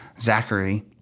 Zachary